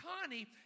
Connie